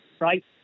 right